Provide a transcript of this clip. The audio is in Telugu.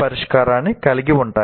పరిష్కారాన్ని కలిగి ఉంటాయి